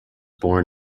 born